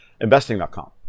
investing.com